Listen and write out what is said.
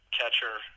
catcher